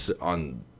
on